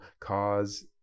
cause